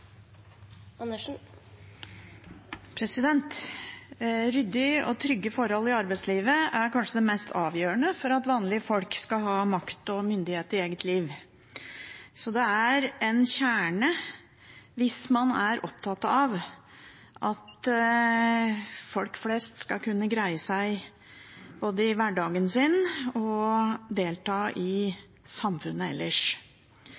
kanskje det mest avgjørende for at vanlige folk skal ha makt og myndighet i eget liv, så det er en kjerne hvis man er opptatt av at folk flest skal både kunne greie seg i hverdagen sin og delta i samfunnet ellers.